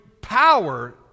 power